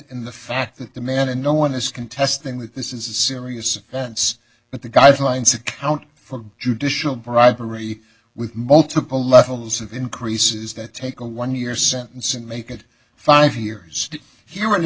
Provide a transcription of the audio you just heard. in the fact that the man and no one is contesting that this is a serious offense but the guidelines account for judicial bribery with multiple levels of increases that take a one year sentence and make it five years he